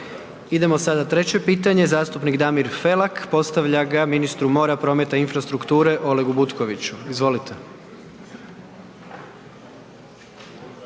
Idemo sada treće pitanje, zastupnik Damir Felak postavlja ga ministru mora, prometa i infrastrukture Olegu Butkoviću, izvolite.